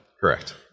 Correct